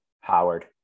Howard